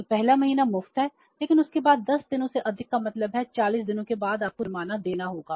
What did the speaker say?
तो पहला महीना मुफ्त है लेकिन उसके बाद 10 दिनों से अधिक का मतलब है 40 दिनों के बाद आपको जुर्माना देना होगा